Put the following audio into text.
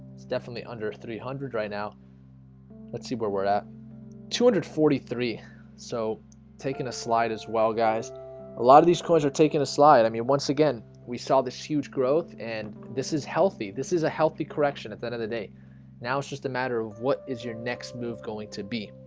it's definitely under three hundred right now let's see where we're at two hundred and forty three so taking a slide as well guys a lot of these cars are taking a slide, i mean once again we saw this huge growth and this is healthy. this is a healthy correction at the end of the day now it's just a matter of what is your next move going to be?